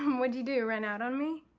um what'd you do, run out on me?